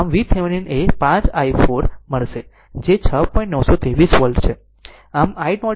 આમ VThevenin એ 5 i4 મળશે જે 6